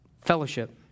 fellowship